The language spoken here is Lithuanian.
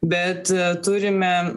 bet turime